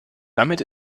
damit